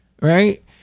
right